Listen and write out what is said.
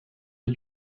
did